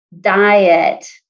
Diet